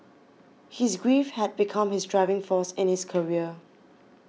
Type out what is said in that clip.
his grief had become his driving force in his career